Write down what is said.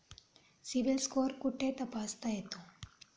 CIBIL score कुठे तपासता येतो?